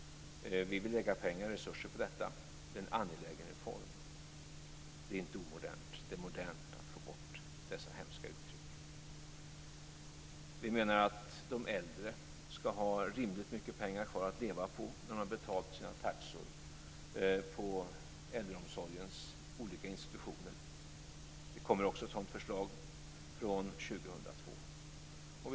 Vi vill lägga pengar och resurser på detta. Det är en angelägen reform. Det är inte omodernt. Det är modernt att få bort dessa hemska uttryck. Vi menar att de äldre ska ha rimligt mycket pengar kvar att leva på när de har betalat sina taxor på äldreomsorgens olika institutioner. Det kommer också ett sådant förslag som ska gälla från 2002.